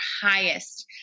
highest